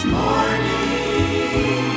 morning